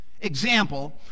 example